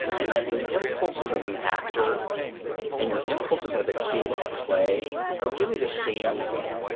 and that your impulses as an actor and your impulses as a kid at play are really the same thing.